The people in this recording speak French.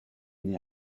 née